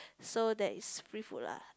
so there is free food lah